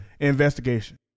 investigation